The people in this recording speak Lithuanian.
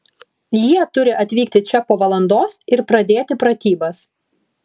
jie turi atvykti čia po valandos ir pradėti pratybas